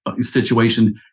situation